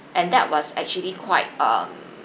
and that was actually quite um